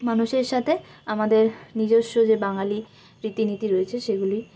মানুষের সাথে আমাদের নিজস্ব যে বাঙালি রীতিনীতি রয়েছে সেগুলি